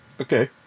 Okay